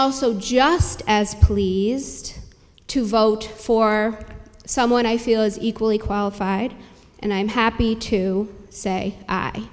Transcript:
also just as pleased to vote for someone i feel is equally qualified and i'm happy to say i